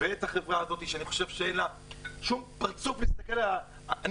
ואת החברה הזאת שאני חושב שאין לה שום פרצוף להסתכל על הפנים,